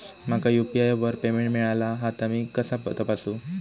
माका यू.पी.आय वर पेमेंट मिळाला हा ता मी कसा तपासू?